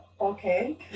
okay